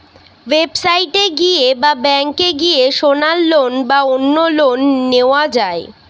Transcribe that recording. website এ গিয়ে বা ব্যাংকে গিয়ে সোনার লোন বা অন্য লোন নেওয়া যায়